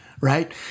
Right